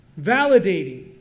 Validating